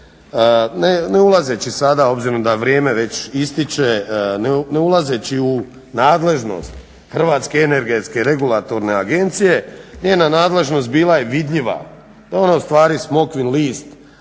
Ne ulazeći sada, obzirom da vrijeme već ističe, ne ulazeći u nadležnost Hrvatske energetske regulatorne agencije njena nadležnost bila je vidljiva, da je ona ustvari smokvin list